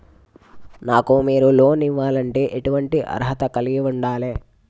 నాకు మీరు లోన్ ఇవ్వాలంటే ఎటువంటి అర్హత కలిగి వుండాలే?